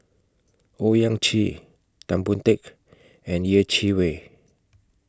Owyang Chi Tan Boon Teik and Yeh Chi Wei